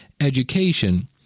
education